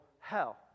hell